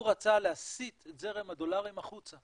הוא רצה להסיט את זרם הדולרים החוצה